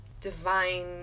Divine